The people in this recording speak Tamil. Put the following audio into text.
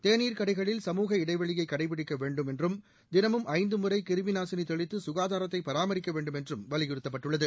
தேநீர் கடைகளில் சமூக இடைவெளியை கடைப்பிடிக்க வேண்டும் என்றும் தினமும் ஐந்து முறை கிருமிநாசினி தெளித்து சுகாதாரத்தை பராமரிக்க வேண்டும் என்றும் வலியுறுத்தப்பட்டது